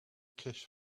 kiss